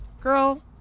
girl